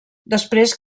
després